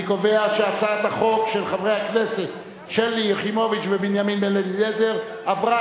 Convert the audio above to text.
אני קובע שהצעת החוק של חברי הכנסת שלי יחימוביץ ובנימין בן-אליעזר עברה